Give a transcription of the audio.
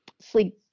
sleep